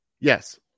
Yes